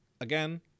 again